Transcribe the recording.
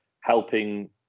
helping